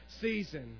season